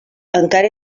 encara